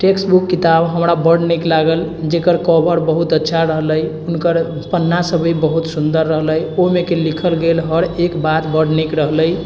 tax book किताब हमरा बड़ नीक लागल जेकर कोवर बहुत अच्छा रहलै हुनकर पन्ना सभ भी बहुत सुन्दर रहलै ओहिमेके लिखल हर बात बड़ नीक रहलै